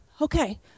okay